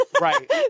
Right